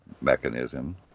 mechanism